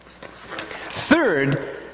Third